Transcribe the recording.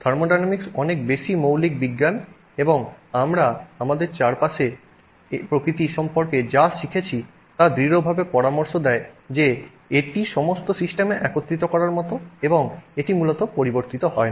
thermodynamics অনেক বেশি মৌলিক বিজ্ঞান এবং আমরা আমাদের চারপাশের প্রকৃতি সম্পর্কে যা শিখেছি তা দৃঢ়ভাবে পরামর্শ দেয় যে এটি সমস্ত সিস্টেমে একত্রিত করার মত এবং এটি মূলত পরিবর্তিত হয় না